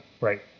Right